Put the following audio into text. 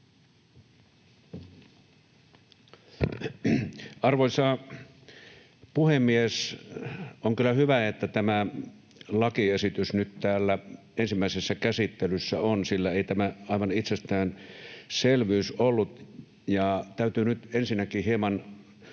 Arvoisa puhemies! On kyllä hyvä, että tämä lakiesitys on nyt täällä ensimmäisessä käsittelyssä, sillä ei tämä aivan itsestäänselvyys ollut. Täytyy nyt ensinnäkin hieman